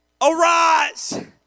Arise